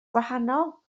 gwahanol